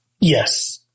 Yes